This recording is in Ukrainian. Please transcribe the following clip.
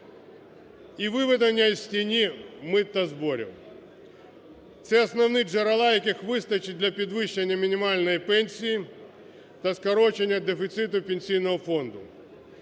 і виведення із тіні митних зборів. Це основні джерела, яких вистачить для підвищення мінімальної пенсії та скорочення дефіциту Пенсійного фонду.